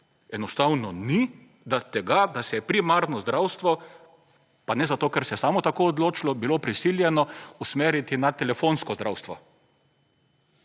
enostavno ni, da tega, da se je primarno zdravstvo, pa ne zato, ker se je samo tako odločilo, bilo prisiljeno usmeriti na telefonsko zdravstvo.